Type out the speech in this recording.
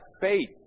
faith